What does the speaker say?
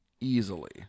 easily